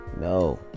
no